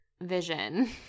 vision